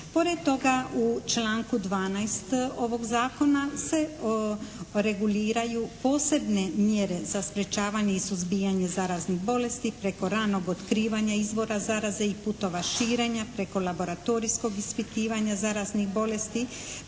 Pored toga u članku 12. ovog zakona se reguliraju posebne mjere za sprječavanje i suzbijanje zaraznih bolesti preko ranih otkrivanja izvora zaraze i putova širenja preko laboratorijskog ispitivanja zaraznih bolesti,